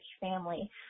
family